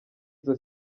izo